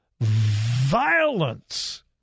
violence